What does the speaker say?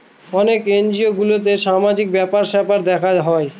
অনেক এনজিও গুলোতে সামাজিক ব্যাপার স্যাপার দেখা হয়